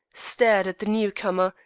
stared at the new-comer,